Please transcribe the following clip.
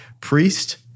priest